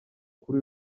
kuri